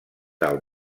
del